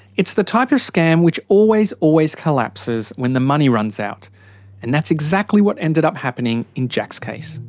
it's the type of scam which always, always collapses when the money runs out and that's exactly what ended up happening in jack's case.